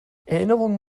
erinnerungen